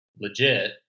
legit